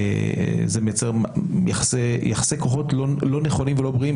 זה מייצר יחסי כוחות לא נכונים ולא בריאים.